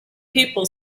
people